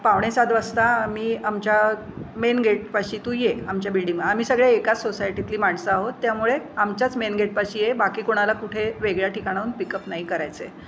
पावणे सात वाजता आम्ही आमच्या मेन गेटपाशी तू ये आमच्या बिल्डिंगमध्ये आम्ही सगळे एकाच सोसायटीतली माणसं आहोत त्यामुळे आमच्याच मेन गेटपाशी ये बाकी कोणाला कुठे वेगळ्या ठिकाणाहून पिकअप नाही करायचं आहे